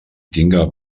tinga